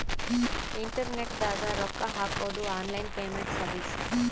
internet ದಾಗ ರೊಕ್ಕ ಹಾಕೊದು ಆನ್ಲೈನ್ ಪೇಮೆಂಟ್ ಸರ್ವಿಸ್